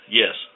yes